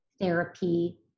therapy